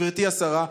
גברתי השרה,